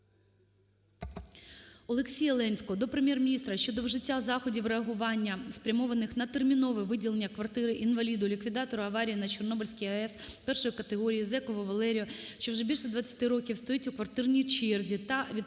Олексія Ленського до Прем'єр-міністра щодо вжиття заходів реагування, спрямованих на термінове виділення квартири інваліду, ліквідатору аварії на Чорнобильській АЄС І категорії Зекову Валерію, що вже більше 20 років стоїть у квартирній черзі та відповідно